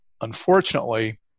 Unfortunately